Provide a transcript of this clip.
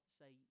say